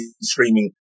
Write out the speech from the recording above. streaming